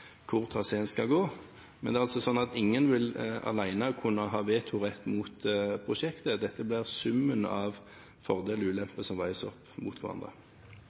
hvor traseen skal gå. Men det er altså sånn at ingen vil alene kunne ha vetorett mot prosjektet, dette blir summen av fordeler og ulemper som veies opp mot hverandre.